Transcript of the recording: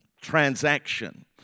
transaction